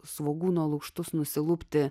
svogūno lukštus nusilupti